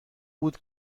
بود